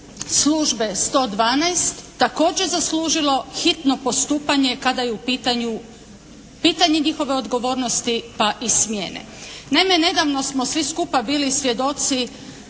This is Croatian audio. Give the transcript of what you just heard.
službe 112 također zaslužilo hitno postupanje kada je u pitanju pitanje njihove odgovornosti pa i smjene. Naime, nedavno smo svi skupa bili svjedoci